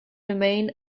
remain